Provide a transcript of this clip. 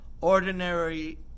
ordinary